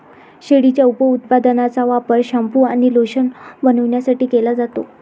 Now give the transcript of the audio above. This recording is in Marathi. शेळीच्या उपउत्पादनांचा वापर शॅम्पू आणि लोशन बनवण्यासाठी केला जातो